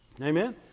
Amen